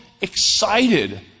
excited